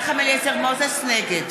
נגד